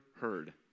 heard